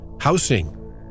Housing